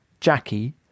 Jackie